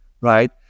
right